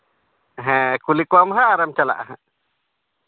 ᱠᱩᱞᱤ ᱠᱚᱣᱟᱢ ᱦᱟᱸᱜ ᱟᱨᱮᱢ ᱪᱟᱞᱟᱜᱼᱟ ᱦᱟᱸᱜ